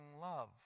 love